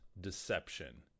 deception